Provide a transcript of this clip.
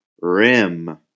rim